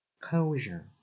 Closure